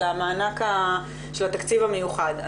של התקציב המיוחד.